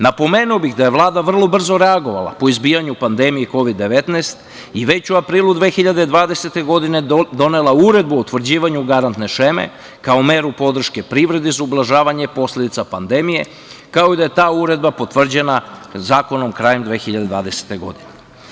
Napomenuo bih da je Vlada vrlo brzo reagovala po izbijanju pandemije Kovid-19 i već u aprilu 2020. godine donela uredbu o utvrđivanju garantne šeme kao meru podrške privredi za ublažavanje posledica pandemije, kao i da je ta uredba potvrđena zakonom krajem 2020. godine.